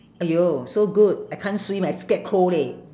!aiyo! so good I can't swim I scared cold leh